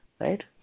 right